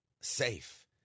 safe